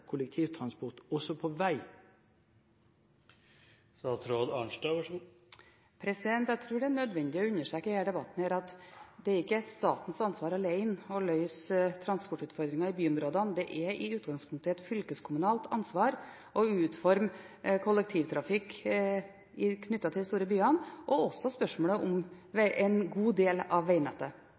kollektivtransport også på vei? Jeg tror det i denne debatten er nødvendig å understreke at det ikke er statens ansvar alene å løse transportutfordringer i byområdene. Det er i utgangspunktet et fylkeskommunalt ansvar å utforme kollektivtrafikk i de store byene og på en god del av